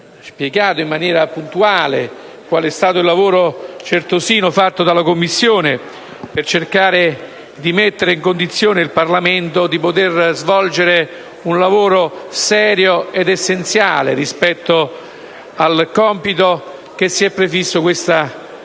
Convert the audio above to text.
spiegato in maniera puntuale quale sia stato il lavoro certosino svolto dalla Commissione per cercare di mettere in condizione il Parlamento di svolgere un lavoro serio e essenziale rispetto al compito che si è prefisso questo Comitato.